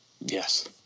Yes